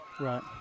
Right